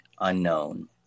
unknown